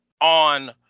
on